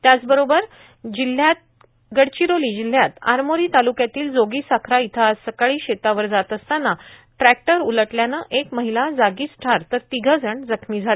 त्याचबरोबर गडचिरोली जिल्ह्यात आरमोरी तालुक्यातील जोगीसाखरा इथं आज सकाळी शेतावर जात असताना ट्रॅक्टर उलटल्याने एक महिला जागीच ठार तर तिघे जखमी झाले